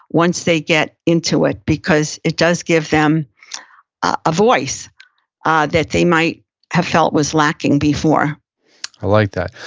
once they get into it, because it does give them a voice ah that they might have felt was lacking before i like that.